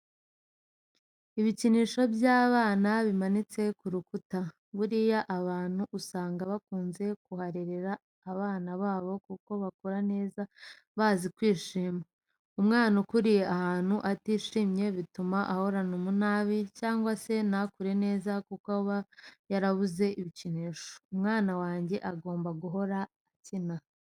Ibikinisho by'abana bimanitse ku rukuta, buriya abantu usanga bakunze kuharerera abana babo kuko bakura neza bazi kwishima. Umwana ukuriye ahantu atishimiye bituma ahorana umunabi cyangwa se ntakure neza kuko aba yarabuze ibikinisho. Umwana wanjye agomba guhora akina.